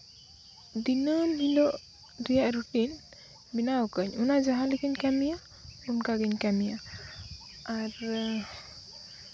ᱫᱤᱱᱟᱹᱢ ᱦᱤᱞᱳᱜ ᱨᱮᱭᱟᱜ ᱨᱩᱴᱤᱱ ᱵᱮᱱᱟᱣ ᱟᱠᱟᱫ ᱟᱹᱧ ᱚᱱᱟ ᱡᱟᱦᱟᱸ ᱞᱮᱠᱟᱧ ᱠᱟᱹᱢᱤᱭᱟ ᱚᱱᱠᱟ ᱜᱤᱧ ᱠᱟᱹᱢᱤᱭᱟ ᱟᱨ